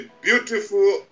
beautiful